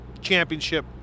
championship